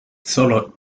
sólo